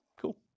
Cool